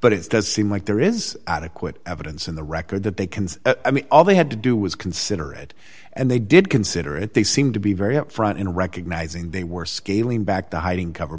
but it does seem like there is adequate evidence in the record that they can i mean all they had to do was consider it and they did consider it they seemed to be very upfront in recognizing they were scaling back the hiding cover